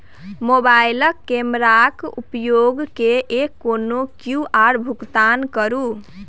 मोबाइलक कैमराक उपयोग कय कए कोनो क्यु.आर भुगतान करू